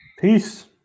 Peace